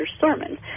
sermon